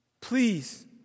please